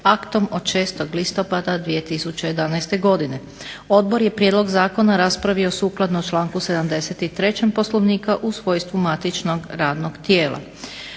aktom od 6. listopada 2011. godine. Odbor je prijedlog zakona raspravio sukladno članku 73. Poslovnika u svojstvu matičnog radnog tijela.